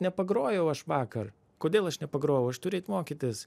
nepagrojau aš vakar kodėl aš nepagrojau aš turiu eit mokytis